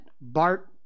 Bart